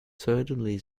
certainly